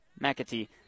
McAtee